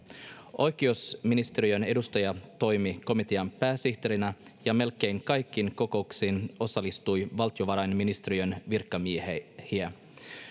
oikeusministeriön edustaja toimi komitean pääsihteerinä ja melkein kaikkiin kokouksiin osallistui valtiovarainministeriön virkamiehiä